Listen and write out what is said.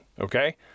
okay